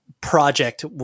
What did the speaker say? project